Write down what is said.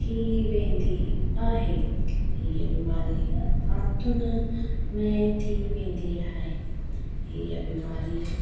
थी वेंदी आहे हीअ बीमारी आंतुनि में थी वेंदी आहे हीअ बीमारी